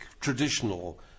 traditional